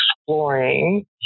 exploring